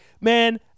Man